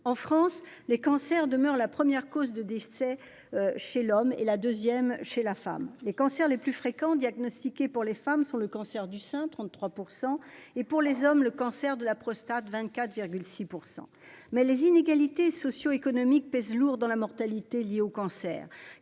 En France, les cancers demeurent la première cause de décès chez l'homme et la deuxième chez la femme. Les cancers les plus fréquents diagnostiqués pour les femmes sont le cancer du sein- 33 %-et pour les hommes le cancer de la prostate- 24,6 %. Les inégalités socio-économiques pèsent lourd dans la mortalité liée au cancer.